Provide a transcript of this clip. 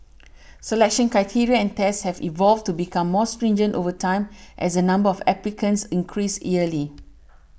selection criteria and tests have evolved to become more stringent over time as the number of applicants increase yearly